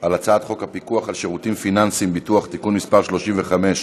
על הצעת חוק הפיקוח על שירותים פיננסיים (ביטוח) (תיקון מס' 35)